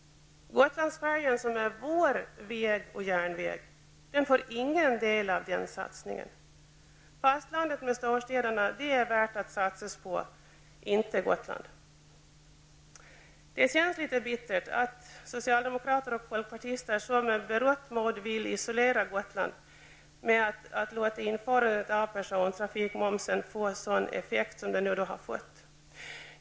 Gotlandsfärjan, som är vår väg och järnväg, får ingen del av denna satsning. Fastlandet med storstäderna är värt att satsa på, inte Gotland. Det känns bittert att socialdemokrater och folkpartister så med berått mod vill isolera Gotland med att låta införandet av persontrafikmoms få sådan effekt som det fått.